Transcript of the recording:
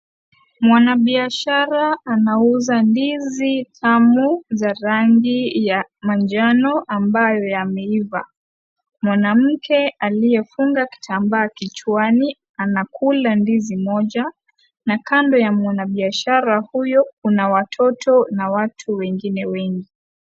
Mwanabiashara anauza ndizi tamu za rangi ya manjano, ambayo yameiva. Mwanamke aliyefunga kitambaa kichwani, anakula ndizi moja na kando ya mwanabiashara huyu, kuna watoto na watu wengine wengi.